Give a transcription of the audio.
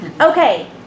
Okay